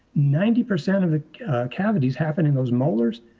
ninety percent of the cavities happen in those molars,